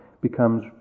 becomes